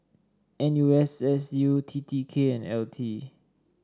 N U S S U T T K and L T